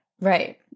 right